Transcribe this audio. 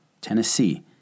Tennessee